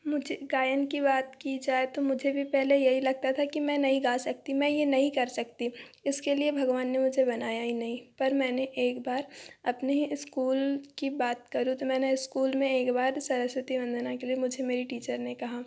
मुझे गायन की बात की जाए तो मुझे भी पहले यही लगता था कि मैं नहीं गा सकती मैं ये नहीं कर सकती इसके लिए भगवान ने मुझे बनाया ही नहीं पर मैंने एक बार अपने ही स्कूल की बात करूँ तो मैंने स्कूल में एक बार सरस्वती वंदना के लिए मुझे मेरी टीचर ने कहा